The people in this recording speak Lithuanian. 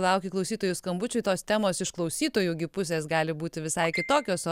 lauki klausytojų skambučių tos temos iš klausytojų gi pusės gali būti visai kitokios o